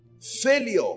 Failure